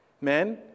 Men